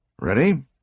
Ready